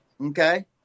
okay